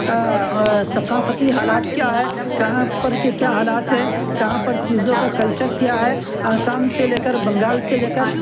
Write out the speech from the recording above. ثفافتی حالت کیا ہے کہاں پر کے کیا حالات ہیں کہاں پر چیزوں کا کلچر کیا ہے آسام سے لے کر بنگال سے لے کر